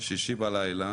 שישי בלילה,